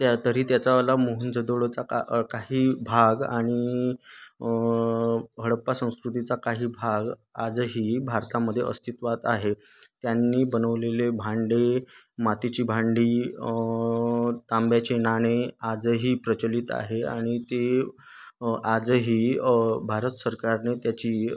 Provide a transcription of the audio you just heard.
त्या तरी त्याचावाला मोहन जोदडोचा का काही भाग आणि हडप्पा संस्कृतीचा काही भाग आजही भारतामध्ये अस्तित्वात आहे त्यांनी बनवलेले भांडे मातीची भांडी तांब्याचे नाणे आजही प्रचलित आहे आणि ते आजही भारत सरकारने त्याची